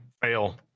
fail